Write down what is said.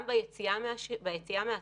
גם ביציאה מהצבא,